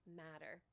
matter